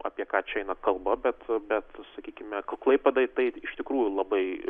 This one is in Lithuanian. apie ką čia eina kalba bet bet sakykime klaipėdai tai iš tikrųjų labai